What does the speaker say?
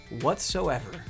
whatsoever